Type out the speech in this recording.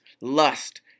lust